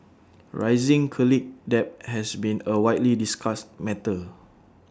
rising colleague debt has been A widely discussed matter